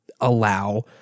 allow